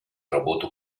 работу